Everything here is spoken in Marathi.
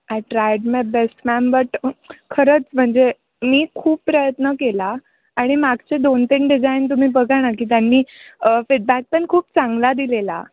I tried my best ma'am but खरंच म्हणजे मी खूप प्रयत्न केला आणि मागचे दोन तीन डिझाईन तुम्ही बघा ना की त्यांनी फीडबॅक पण खूप चांगला दिलेला